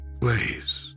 place